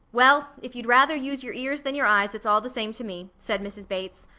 well, if you'd rather use your ears than your eyes, it's all the same to me, said mrs. bates.